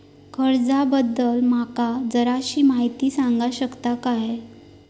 कर्जा बद्दल माका जराशी माहिती सांगा शकता काय?